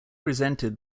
resented